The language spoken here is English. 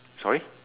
sorry